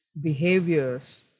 behaviors